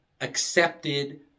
accepted